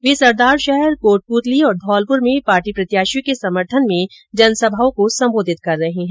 वे सरदारशहर कोटपूतली और धौलपुर में पार्टी प्रत्याशियों के समर्थन में जनसभाओं को सम्बोधित कर रहे है